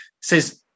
says